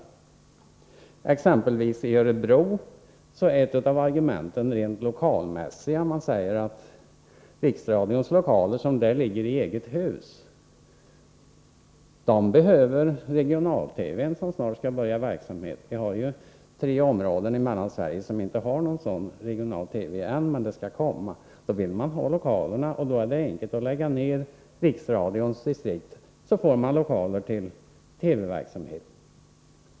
I Örebro t.ex. är ett av argumenten rent lokalmässigt. Man säger att Riksradions lokaler, som ligger i eget hus, behövs för regional-TV, som snart skall börja sin verksamhet. Det finns ju tre områden i Mellansverige som ännu inte har någon regional-TV men skall få sådan. Man vill alltså ha lokalerna för den verksamheten, och då är det enkelt att lägga ned Riksradions distriktskontor.